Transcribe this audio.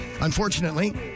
Unfortunately